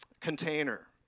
container